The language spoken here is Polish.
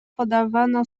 podawano